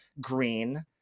green